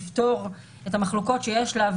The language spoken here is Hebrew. תפתור את המחלוקות שיש לה,